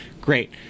great